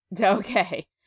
Okay